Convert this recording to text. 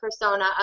persona